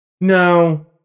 No